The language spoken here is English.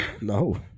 No